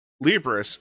Libris